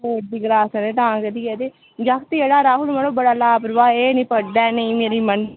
board दी class ऐ ते तां करियै ते जागत जेह्ड़ा राहुल मड़ो बड़ा लापरवाह् एह् निं पढ़दा ऐ नेईं मेरी मन्न